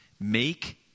make